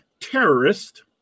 terrorist